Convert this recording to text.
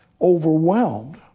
overwhelmed